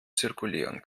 zirkulieren